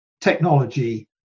technology